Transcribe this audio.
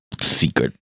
secret